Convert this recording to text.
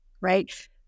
Right